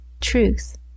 truth